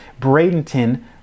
Bradenton